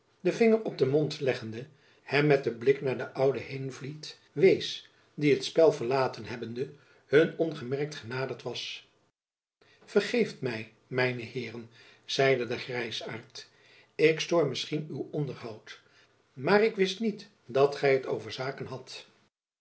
den vinger op den mond leggende hem met den blik naar den ouden heenvliet wees die het spel verlaten hebbende hun ongemerkt genaderd was vergeeft my mijne heeren zeide de grijzaart ik stoor misschien uw onderhoud maar ik wist niet dat gy t over zaken hadt